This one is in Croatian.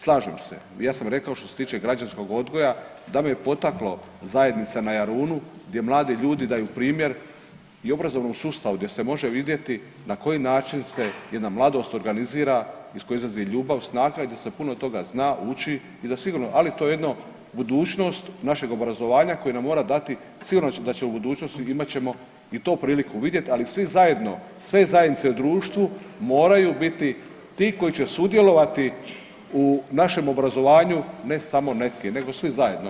Slažem se, ja sam rekao što se tiče građanskog odgoja da me je potaklo zajednica na Jarunu gdje mladi ljudi daju primjer i obrazovnom sustavu gdje se može vidjeti na koji način se jedna mladost organizira iz koje izlazi ljubav, snaga i da se puno toga zna, uči i da sigurno, ali to jedno budućnost našeg obrazovanja koje nam mora dati, sigurno da u budućnosti, imat ćemo i to priliku vidjeti, ali svi zajedno sve zajednice u društvu moraju biti ti koji će sudjelovati u našem obrazovanju, ne samo neke, nego svi zajedno.